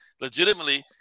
legitimately